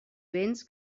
béns